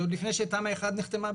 זה עוד לפני שתמ"א1 נחתמה.